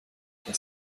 for